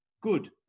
good